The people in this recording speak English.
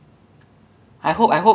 ya thanks man it's just